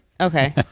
Okay